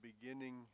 beginning